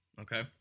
Okay